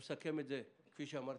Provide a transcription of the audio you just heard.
נסכם את זה כפי שאמרתי,